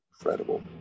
incredible